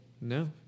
No